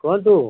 କୁହନ୍ତୁ